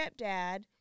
stepdad